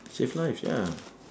save lives ya